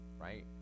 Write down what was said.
right